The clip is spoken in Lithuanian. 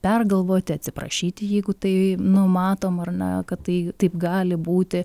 pergalvoti atsiprašyti jeigu tai nu matom ar na kad tai taip gali būti